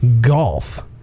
golf